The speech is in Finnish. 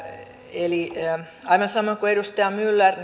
eli aivan samoin kuin edustaja myller